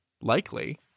likely